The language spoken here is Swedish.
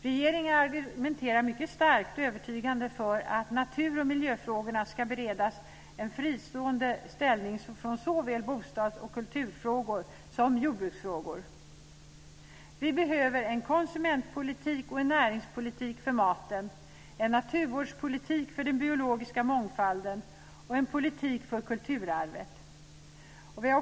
Regeringen argumenterar mycket starkt och övertygande för att natur och miljöfrågorna ska beredas en fristående ställning från såväl bostads och kulturfrågor som jordbruksfrågor. Vi behöver en konsumentpolitik och en näringspolitik för maten, en naturvårdspolitik för den biologiska mångfalden och en politik för kulturarvet.